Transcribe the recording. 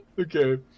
Okay